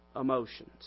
emotions